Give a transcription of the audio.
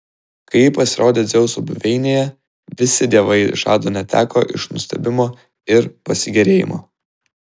kai ji pasirodė dzeuso buveinėje visi dievai žado neteko iš nustebimo ir pasigėrėjimo